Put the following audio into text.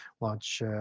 launch